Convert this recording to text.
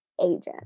agent